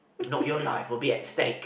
if not your life will be at stake